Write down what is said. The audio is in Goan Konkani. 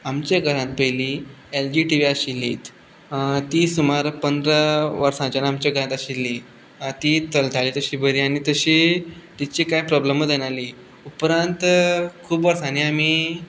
आमच्या घरांत पयली एल जी टी वी आशिल्लीत ती सुमार पंदरा वर्साच्यान आमच्या घरांत आशिल्ली ती चलताली तशी बरी आनी तशी तिची कांय प्रोब्लेमय जायनाली खूब वर्सांनी आमी